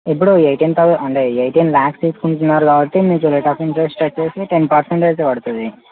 ఇప్పుడు eighteen thousand అంటే eighteen lakhs తీసుకుంటున్నారు కాబట్టి మీకు రేట్ అఫ్ ఇంట్రెస్ట్ వచ్చేసి టెన్ పర్సంటేజ్ పడుతుంది